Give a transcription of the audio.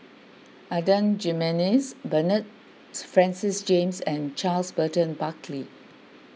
Adan Jimenez Bernard Francis James and Charles Burton Buckley